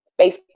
Facebook